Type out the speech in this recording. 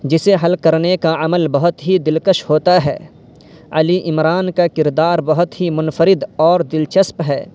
جسے حل کرنے کا عمل بہت ہی دلکش ہوتا ہے علی عمران کا کردار بہت ہی منفرد اور دلچسپ ہے